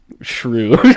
shrew